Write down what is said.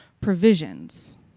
provisions